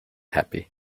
happy